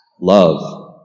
love